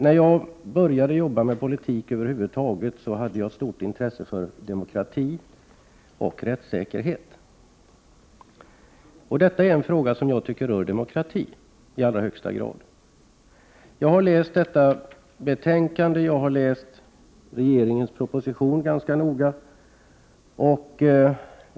När jag började jobba med politik över huvud taget, hade jag stort intresse för demokratifrågor och rättssäkerhet. Den fråga vi nu behandlar tycker jag i allra högsta grad rör demokratin. Jag har läst detta betänkande och även läst regeringens proposition ganska noga.